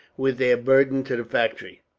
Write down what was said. with their burden to the factory.